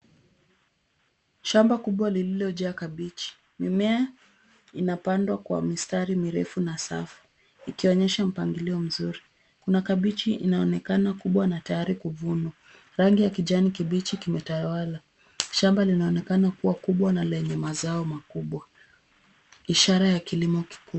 Shamba kubwa lililojaa kabeji. Mimea imapandwa kwa mistari mirefu na safu ikionyesha mpangilio mzuri. Kuna kabeji inaonekana kubwa na tayari kuvunwa. Rangi ya kijani kibichi kimetawala. Shamba linaonekana kuwa kubwa na lenye mazao makubwa ishara ya kilimo kiku...